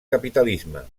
capitalisme